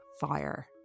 fire